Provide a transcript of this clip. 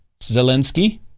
Zelensky